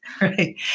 Right